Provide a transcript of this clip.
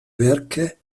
werke